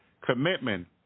Commitment